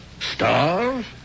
Starve